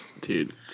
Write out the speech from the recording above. dude